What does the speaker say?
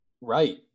Right